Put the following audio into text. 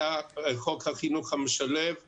היה חוק החינוך המשלב ב-2008,